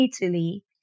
Italy